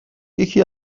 یکی